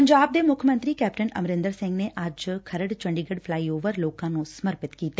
ਪੰਜਾਬ ਦੇ ਮੁੱਖ ਮੰਤਰੀ ਕੈਪਟਨ ਅਮਰਿੰਦਰ ਸਿੰਘ ਨੇ ਅੱਜ ਖਰੜ ਚੰਡੀਗੜ ਫਲਾਈਓਵਰ ਲੋਕਾਂ ਨੂੰ ਸਮਰਪਿਤ ਕੀਤਾ